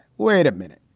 wait a minute.